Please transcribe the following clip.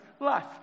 life